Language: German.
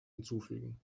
hinzufügen